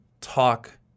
talk